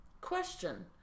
question